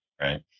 right